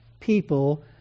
people